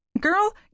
Girl